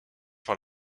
par